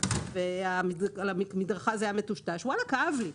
ועל המדרכה הסימון היה מטושטש וכאב לי.